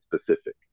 specific